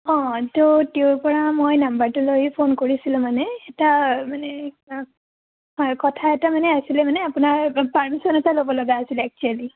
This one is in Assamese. অঁ ত' তেওঁৰ পৰা মই নাম্বাৰটো লৈ ফোন কৰিছিলোঁ মানে এটা মানে কিবা হয় কথা এটা মানে আছিলে মানে আপোনাৰ পাৰ্মিশ্য়ন এটা ল'ব লগা আছিলে এক্সুৱেলি